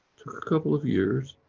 a couple of years,